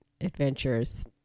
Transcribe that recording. adventures